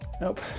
Nope